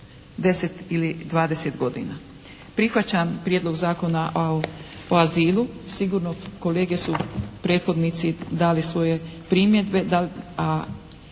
10 ili 20 godina. Prihvaćam Prijedlog zakona o azilu. Sigurno kolege su prethodnici dali svoje primjedbe,